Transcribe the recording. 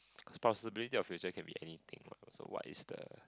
possibility of future can be anything what also what is the